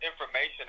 information